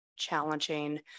challenging